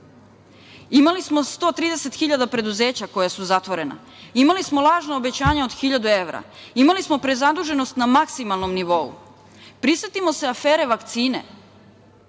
Imali smo 130.000 preduzeća koja su zatvorena, imali smo lažno obećanje od 1.000 evra, imali smo prezaduženost na maksimalnom nivou. Prisetimo se afere „Vakcine“